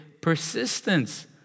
persistence